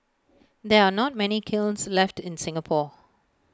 there are not many kilns left in Singapore